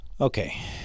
Okay